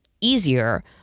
easier